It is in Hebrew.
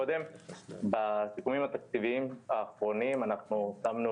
בסיכומים התקציביים האחרונים אנחנו שמנו